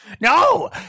No